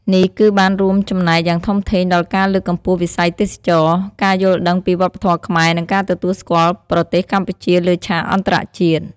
នេះគឺបានរួមចំណែកយ៉ាងធំធេងដល់ការលើកកម្ពស់វិស័យទេសចរណ៍ ការយល់ដឹងពីវប្បធម៌ខ្មែរ និងការទទួលស្គាល់ប្រទេសកម្ពុជាលើឆាកអន្តរជាតិ។